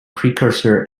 precursor